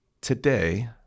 today